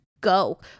go